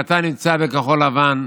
ואתה נמצא בכחול לבן,